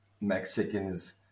Mexicans